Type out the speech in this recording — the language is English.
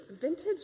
Vintage